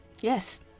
Yes